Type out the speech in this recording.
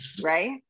Right